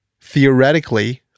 Theoretically